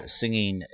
singing